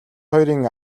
хоёрын